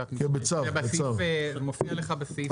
חקיקת משנה, מופיע לך בסעיף.